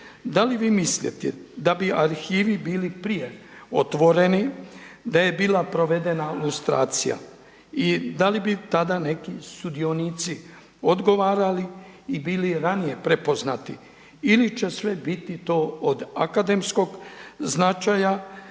Da li vi mislite da bi arhivi bili prije otvoreni da je bila provedena lustracija i da li bi tada neki sudionici odgovarali i bili ranije prepoznati ili će sve biti sve to od akademskog značaja